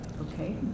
Okay